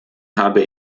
habe